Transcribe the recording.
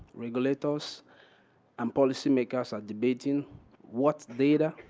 regulators and policy makers are debating what's data?